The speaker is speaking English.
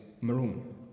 maroon